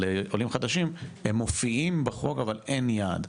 עולים חדשים הם מופיעים בחוק, אבל אין יעד.